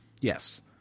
Yes